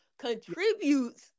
contributes